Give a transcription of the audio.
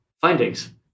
findings